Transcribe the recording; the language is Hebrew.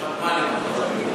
יש ותמ"לים עכשיו.